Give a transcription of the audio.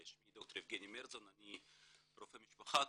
אני רופא משפחה,